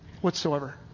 whatsoever